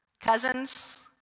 Cousins